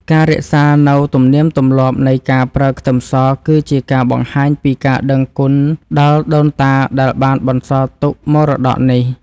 ការរក្សានូវទំនៀមទម្លាប់នៃការប្រើខ្ទឹមសគឺជាការបង្ហាញពីការដឹងគុណដល់ដូនតាដែលបានបន្សល់ទុកមរតកនេះ។